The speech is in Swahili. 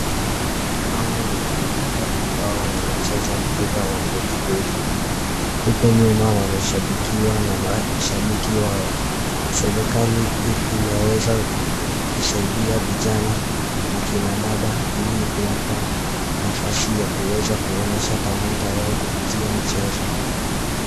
Hawa ni wanadada ambao wanacheza mpira wa voliboli, huku nyuma wameshabikiwa na mashabiki wao. Serikali imeweza kusaidia vijana na kina dada ili kuwapa nafasi ya kuweza kuonyesha talanta zao kupitia michezo.